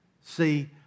See